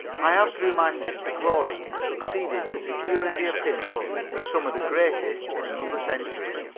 i have through my sister chlorine succeeded in securing the opinions of some of the greatest in another century.